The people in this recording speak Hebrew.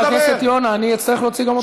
חבר הכנסת יונה, אני אצטרך להוציא גם אותך.